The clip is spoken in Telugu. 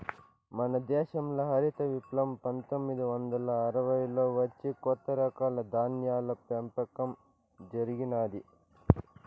మన దేశంల హరిత విప్లవం పందొమ్మిది వందల అరవైలలో వచ్చి కొత్త రకాల ధాన్యాల పెంపకం జరిగినాది